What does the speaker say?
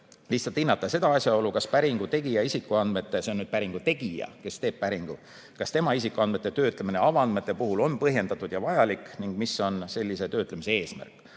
lihtsalt hinnata seda asjaolu, kas päringu tegija isikuandmete – jutt on nüüd päringu tegijast, sellest, kes teeb päringu –töötlemine avaandmete puhul on põhjendatud ja vajalik ning mis on sellise töötlemise eesmärk.